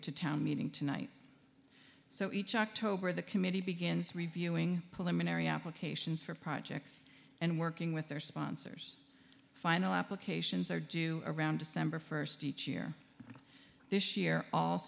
to town meeting tonight so each october the committee begins reviewing pull him an area cations for projects and working with their sponsors final applications are due around december first each year this year all